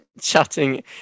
chatting